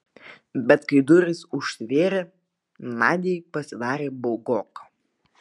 bet kai durys užsivėrė nadiai pasidarė baugoka